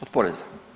Od poreza.